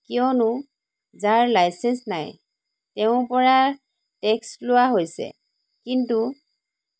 কিয়নো যাৰ লাইচেন্স নাই তেওঁৰ পৰা টেক্স লোৱা হৈছে কিন্তু